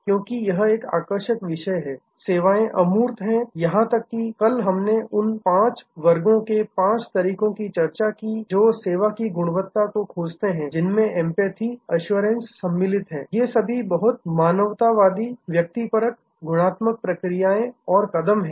क्योंकि यह एक आकर्षक विषय है सेवाएं अमूर्त इनटेंजिबल हैं यहां तक कि कल हमने उन पांच वर्गों के पांच तरीकों की चर्चा की जो सेवा की गुणवत्ता सर्विस क्वालिटी को खोजते हैं जिनमें एंपैथी एश्योरेंस सम्मिलित हैं ये सभी बहुत मानवतावादी व्यक्तिपरक गुणात्मक प्रक्रियाएं और कदम हैं